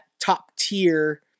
top-tier